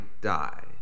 die